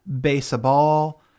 baseball